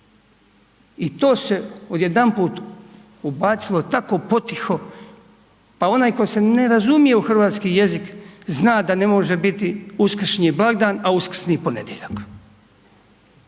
I to se odjedanput ubacilo tako potiho, pa onaj koji se ne razumije u hrvatski jezik, zna da ne može biti uskršnji blagdan a uskrsni ponedjeljak.